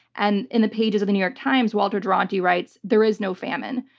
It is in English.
and in the pages of the new york times, walter duranty writes, there is no famine.